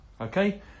Okay